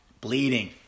bleeding